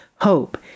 hope